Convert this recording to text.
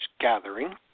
gathering